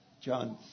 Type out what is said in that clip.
John's